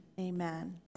Amen